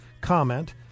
comment